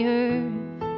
earth